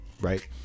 right